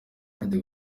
ati